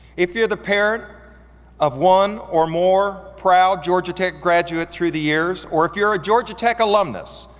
if you're the parent of one or more proud georgia tech graduates through the years or if you're a georgia tech alumnus,